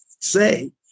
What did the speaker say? say